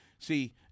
See